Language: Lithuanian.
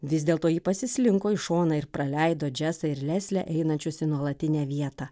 vis dėl to ji pasislinko į šoną ir praleido džesą ir leslę einančius į nuolatinę vietą